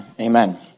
Amen